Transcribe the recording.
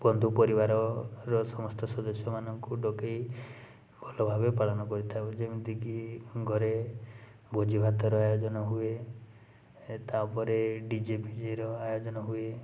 ବନ୍ଧୁ ପରିବାରର ସମସ୍ତ ସଦସ୍ୟ ମାନଙ୍କୁ ଡକେଇ ଭଲ ଭାବରେ ପାଳନ କରିଥାଉ ଯେମିତିକି ଘରେ ଭୋଜି ଭାତର ଆୟୋଜନ ହୁଏ ତା'ପରେ ଡିଜେଫିଜେର ଆୟୋଜନ ହୁଏ